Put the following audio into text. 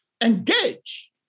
Engage